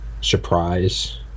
surprise